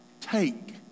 take